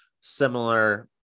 similar